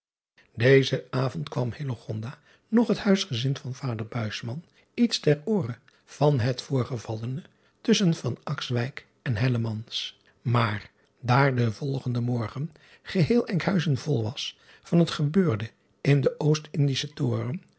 ezen avond kwam noch het huisgezin van vader iets ter ooren van het voorgevallene tusschen en maar daar den volgenden morgen geheel nkhuizen vol was van het gebeurde in den ost ndischen oren